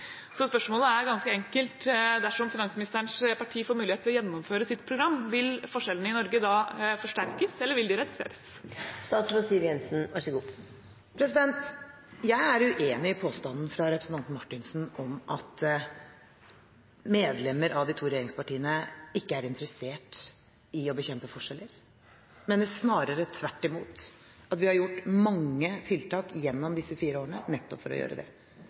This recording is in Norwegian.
Så spørsmålet er ganske enkelt: Dersom finansministerens parti får muligheten til å gjennomføre sitt program, vil forskjellene i Norge da forsterkes, eller vil de reduseres? Jeg er uenig i påstanden fra representanten Marthinsen om at medlemmer av de to regjeringspartiene ikke er interessert i å bekjempe forskjeller. Snarere tvert imot: Vi har gjort mange tiltak gjennom disse fire årene nettopp for å gjøre det.